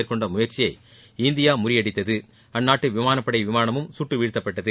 மேற்கொண்ட முயற்சியை இந்தியா முறியடித்தது அந்நாட்டு விமானப்படை விமானமும் சுட்டுவீழ்த்தப்பட்டது